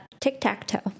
Tic-tac-toe